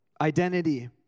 Identity